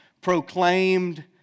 proclaimed